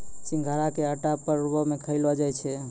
सिघाड़ा के आटा परवो मे खयलो जाय छै